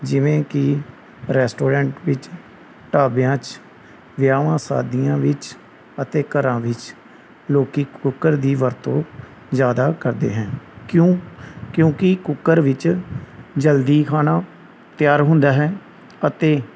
ਜਿਵੇਂ ਕਿ ਰੈਸਟੋਰੈਂਟ ਵਿੱਚ ਢਾਬਿਆਂ 'ਚ ਵਿਆਹਾਂ ਸ਼ਾਦੀਆਂ ਵਿੱਚ ਅਤੇ ਘਰਾਂ ਵਿੱਚ ਲੋਕ ਕੁੱਕਰ ਦੀ ਵਰਤੋਂ ਜ਼ਿਆਦਾ ਕਰਦੇ ਹੈ ਕਿਉਂ ਕਿਉਂਕਿ ਕੁੱਕਰ ਵਿੱਚ ਜਲਦੀ ਖਾਣਾ ਤਿਆਰ ਹੁੰਦਾ ਹੈ ਅਤੇ